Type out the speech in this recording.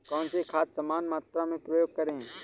कौन सी खाद समान मात्रा में प्रयोग करें?